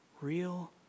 Real